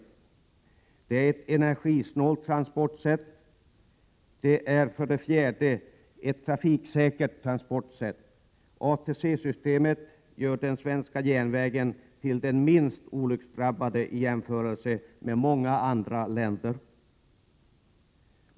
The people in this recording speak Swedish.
— Järnvägen är ett energisnålt transportsätt. — Järnvägen är slutligen ett trafiksäkert transportsätt. ATC-systemet gör den svenska järnvägen till den minst olycksdrabbade i jämförelse med många andra länders järnvägar.